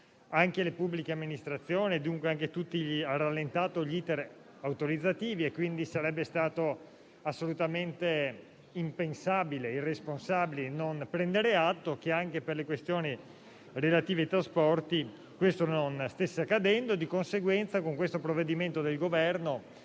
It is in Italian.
le pubbliche amministrazioni, ha rallentato gli *iter* autorizzativi e, quindi, sarebbe stato assolutamente impensabile e irresponsabile non prendere atto che, anche per le questioni relative ai trasporti, ciò non stesse accadendo. Di conseguenza, con questo provvedimento del Governo